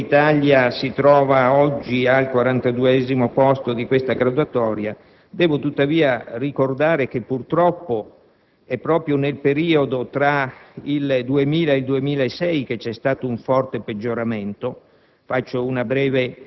Ebbene, se è vero che l'Italia si trova oggi al 42° posto di tale graduatoria, devo tuttavia ricordare che purtroppo è proprio nel periodo tra il 2000 e il 2006 che si è registrato un forte peggioramento.